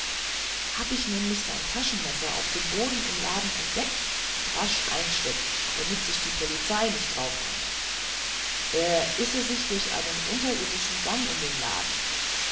hab ich nämlich sein taschenmesser auf dem boden im laden entdeckt und rasch eing'stäckt damit sich die polizei nicht draufkommt er ise sich durch einen unterirdischen gang in den laden